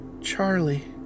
Charlie